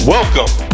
Welcome